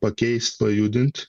pakeist pajudint